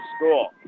School